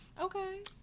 Okay